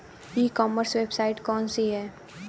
ई commerce website कौन सी है?